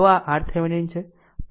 તો આ RThevenin છે